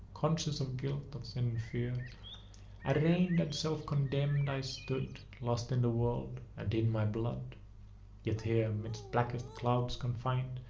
conscious of guilt, of sin and fear, arraign'd, and self-condemned, i stood lost in the world, and in my blood yet here midst blackest clouds confin'd,